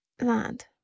land